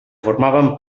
formaven